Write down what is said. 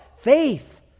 Faith